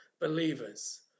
believers